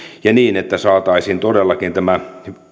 ja niin että saataisiin todellakin tämä